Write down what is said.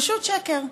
פשוט שקר.